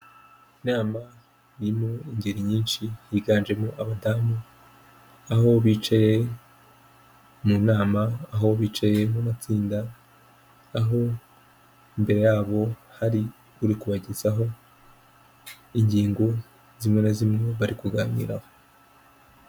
Inama irimo ingeri nyinshi higanjemo abadamu, aho bicaye mu nama, aho bicaye mu matsinda, aho imbere yabo hari uri kubagezaho ingingo zimwe na zimwe bari kuganiraho.